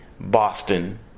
Boston